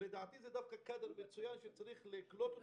ולדעתי זה דווקא קאדר מצוין שצריך לקלוט אותו.